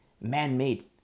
man-made